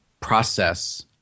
process